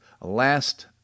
last